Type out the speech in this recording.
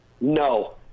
No